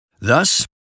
thus